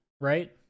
right